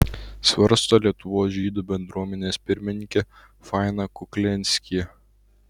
svarsto lietuvos žydų bendruomenės pirmininkė faina kuklianskyje